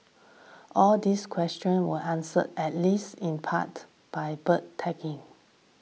all these questions answered at least in part by bird tagging